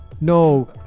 No